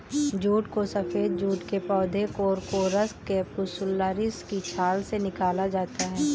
jute को सफेद jute के पौधे कोरकोरस कैप्सुलरिस की छाल से निकाला जाता है